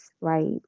right